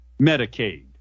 Medicaid